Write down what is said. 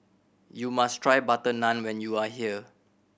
you must try butter naan when you are here